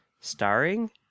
starring